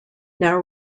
now